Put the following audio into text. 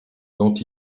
dont